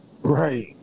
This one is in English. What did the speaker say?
Right